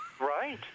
right